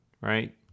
right